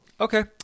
Okay